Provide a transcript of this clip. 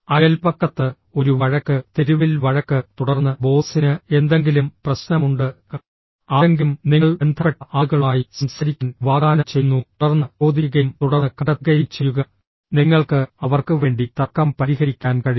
അയൽപക്കത്ത് ഒരു വഴക്ക് തെരുവിൽ വഴക്ക് തുടർന്ന് ബോസിന് എന്തെങ്കിലും പ്രശ്നമുണ്ട് ആരെങ്കിലും നിങ്ങൾ ബന്ധപ്പെട്ട ആളുകളുമായി സംസാരിക്കാൻ വാഗ്ദാനം ചെയ്യുന്നു തുടർന്ന് ചോദിക്കുകയും തുടർന്ന് കണ്ടെത്തുകയും ചെയ്യുക നിങ്ങൾക്ക് അവർക്കുവേണ്ടി തർക്കം പരിഹരിക്കാൻ കഴിയും